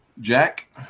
Jack